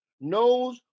knows